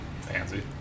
Fancy